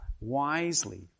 wisely